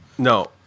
no